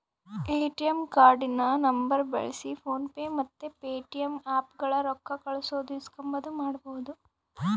ATM ಕಾರ್ಡಿನ ನಂಬರ್ನ ಬಳ್ಸಿ ಫೋನ್ ಪೇ ಮತ್ತೆ ಪೇಟಿಎಮ್ ಆಪ್ಗುಳಾಗ ರೊಕ್ಕ ಕಳ್ಸೋದು ಇಸ್ಕಂಬದು ಮಾಡ್ಬಹುದು